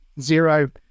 zero